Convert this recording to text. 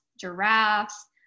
giraffes